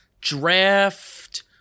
draft